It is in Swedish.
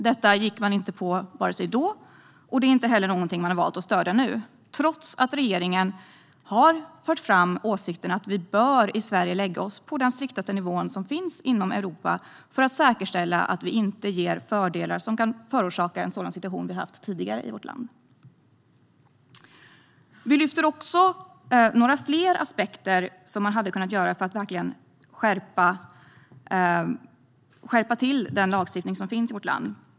Detta gick man inte med på då, och det är heller inte något man har valt att stödja nu, trots att regeringen har fört fram åsikten att vi i Sverige bör lägga oss på den striktaste nivå som finns i Europa för att säkerställa att vi inte ger fördelar som kan förorsaka en sådan situation som vi hade tidigare i vårt land. Vi lyfter också fram några aspekter där man hade kunnat skärpa den lagstiftning som finns i vårt land.